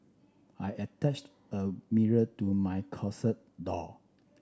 I attached a mirror to my closet door